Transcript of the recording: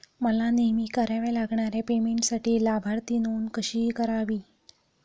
मला नेहमी कराव्या लागणाऱ्या पेमेंटसाठी लाभार्थी नोंद कशी करावी?